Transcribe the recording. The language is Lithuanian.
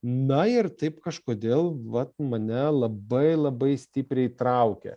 na ir taip kažkodėl vat mane labai labai stipriai traukė